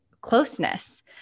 closeness